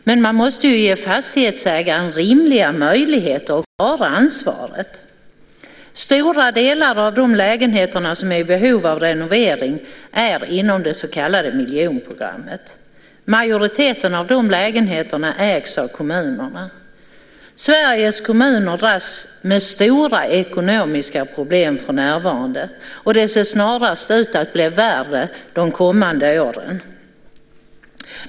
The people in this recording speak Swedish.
Men man måste ju ge fastighetsägaren rimliga möjligheter att klara ansvaret. En stor del av de lägenheter som är i behov av renovering finns inom det så kallade miljonprogrammet. Majoriteten av dessa lägenheter ägs av kommunerna. Sveriges kommuner dras med stora ekonomiska problem för närvarande, och det ser snarast ut att bli värre de kommande åren.